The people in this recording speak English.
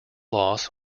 loss